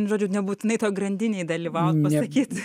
žodžiu nebūtinai toj grandinėj dalyvaut pasakyt